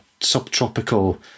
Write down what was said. subtropical